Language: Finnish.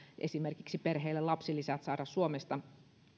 esimerkiksi perheille lapsilisät saada suomesta